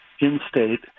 in-state